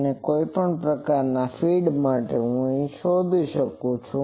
અન્ય કોઈપણ પ્રકારની ફીડ માટે હું તે શોધી શકું છું